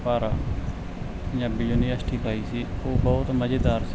ਪਰ ਪੰਜਾਬੀ ਯੂਨੀਵਰਸਟੀ ਪਈ ਸੀ ਉਹ ਬਹੁਤ ਮਜ਼ੇਦਾਰ ਸੀ